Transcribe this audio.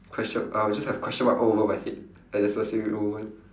questio~ I'll just have question mark all over my head at the specific moment